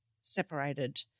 separated